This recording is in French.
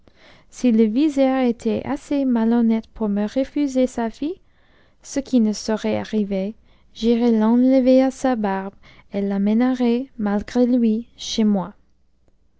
si le vizir était assez malhonnête pour me refuser sa fille ce qui ne saurait arriver j'irais l'enlever à sa barbe et l'amènerais malgré lui chez moi